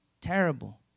terrible